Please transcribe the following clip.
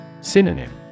Synonym